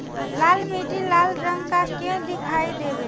लाल मीट्टी लाल रंग का क्यो दीखाई देबे?